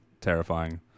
terrifying